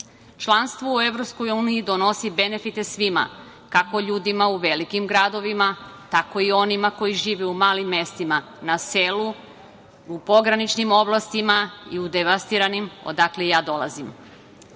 putu. Članstvo u EU donosi benefite svima, kako ljudima u velikim gradovima, tako i onima koji žive u malim mestima, na selu, u pograničnim oblastima i u devastiranim, odakle i ja